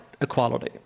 equality